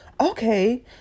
okay